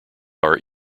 are